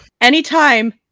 anytime